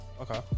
Okay